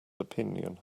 opinion